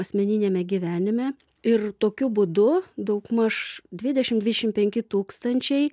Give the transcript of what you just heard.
asmeniniame gyvenime ir tokiu būdu daugmaž dvidešim dvišim penki tūkstančiai